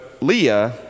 Leah